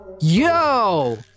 Yo